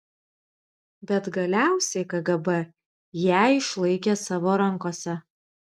bet galiausiai kgb ją išlaikė savo rankose